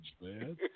man